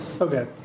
okay